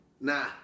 Nah